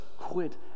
quit